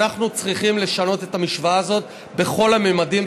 אנחנו צריכים לשנות את המשוואה הזאת בכל הממדים,